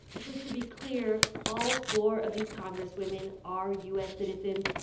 so to be clear, all four of these congresswomen are u s. citizens.